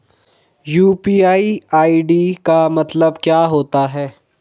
UPI ID का मतलब क्या होता है?